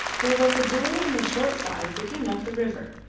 there was a door in the short side looking up the river,